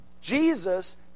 Jesus